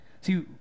See